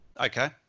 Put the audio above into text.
Okay